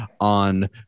on